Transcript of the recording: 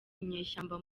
inyeshyamba